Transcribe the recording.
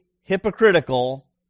hypocritical